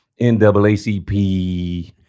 NAACP